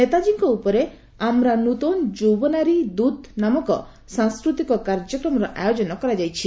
ନେତାଜୀଙ୍କ ଉପରେ 'ଆମରା ନୂତୋନ୍ ଯୌବୋନେରୀ ଦୃତ୍' ନାମକ ସାଂସ୍କୃତିକ କାର୍ଯ୍ୟକ୍ରମର ଆୟୋଜନ କରାଯାଇଛି